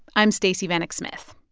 i'm stacey vanek smith.